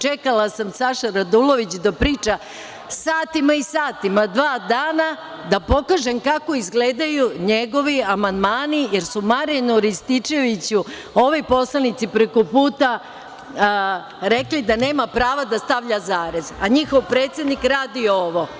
Čekala sam Saša Radulović da priča satima i satima dva dana da pokažem kako izgledaju njegovi amandmani jer su Marijanu Rističeviću ovi poslanici preko puta rekli da nema prava da stavlja zarez, a njihov predsednik radi ovo.